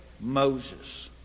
Moses